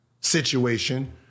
situation